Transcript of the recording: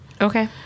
Okay